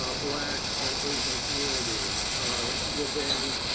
ah black, and asian communities within